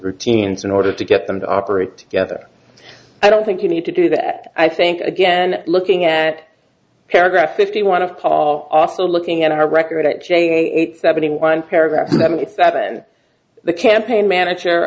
routines in order to get them to operate together i don't think you need to do that i think again looking at paragraph fifty one of paul also looking at our record at j seventy one paragraph seventy seven the campaign manager